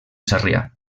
sarrià